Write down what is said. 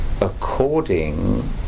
according